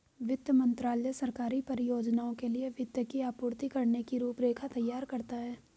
वित्त मंत्रालय सरकारी परियोजनाओं के लिए वित्त की आपूर्ति करने की रूपरेखा तैयार करता है